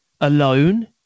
alone